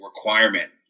requirement